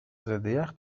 ضدیخ